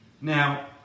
Now